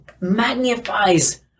magnifies